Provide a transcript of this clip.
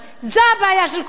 זו הבעיה של כולנו.